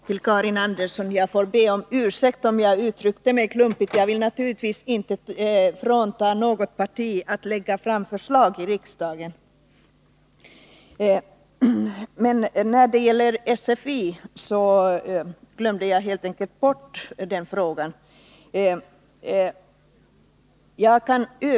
Herr talman! Jag får be Karin Andersson om ursäkt om jag uttryckte mig klumpigt. Jag vill naturligtvis inte frånta något parti rätten att lägga fram förslag i riksdagen. Jag glömde helt enkelt bort frågan om SFI.